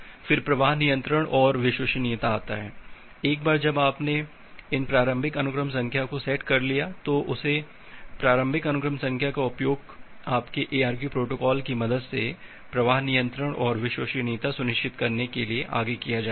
फिर प्रवाह नियंत्रण और विश्वसनीयता आता है एक बार जब आपने इन प्रारंभिक अनुक्रम संख्या को सेट कर लिया है तो उस प्रारंभिक अनुक्रम संख्या का उपयोग आपके ARQ प्रोटोकॉल की मदद से प्रवाह नियंत्रण और विश्वसनीयता सुनिश्चित करने के लिए आगे किया जाएगा